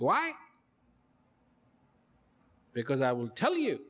why because i will tell you